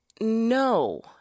No